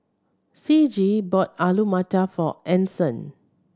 Ciji bought Alu Matar for Anson